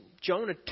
Jonah